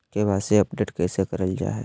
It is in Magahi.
के.वाई.सी अपडेट कैसे करल जाहै?